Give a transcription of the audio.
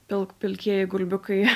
pilk pilkieji gulbiukai